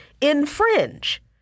infringe